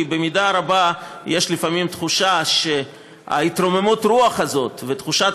כי במידה רבה יש לפעמים תחושה שהתרוממות הרוח הזאת ותחושת